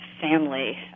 family